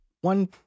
one